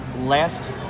last